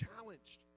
challenged